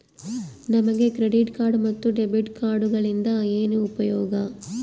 ನಮಗೆ credit card ಮತ್ತು debit ಕಾರ್ಡುಗಳಿಂದ ಏನು ಉಪಯೋಗ?